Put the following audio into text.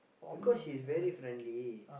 because she's very friendly